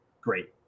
great